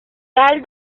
tal